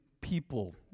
people